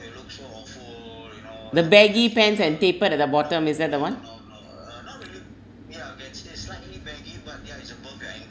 the baggy pants and tapered at the bottom is that the one